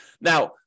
Now